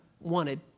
wanted